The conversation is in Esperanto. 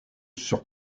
sur